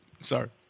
Sorry